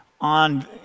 on